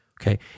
Okay